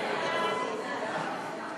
ההצעה להעביר את הצעת